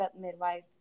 midwife